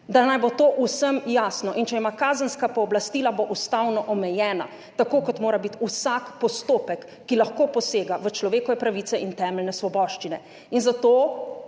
Naj bo to vsem jasno. In če ima kazenska pooblastila, bo ustavno omejena, tako kot mora biti vsak postopek, ki lahko posega v človekove pravice in temeljne svoboščine. Zato